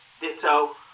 Ditto